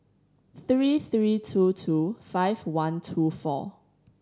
three three two two five one two four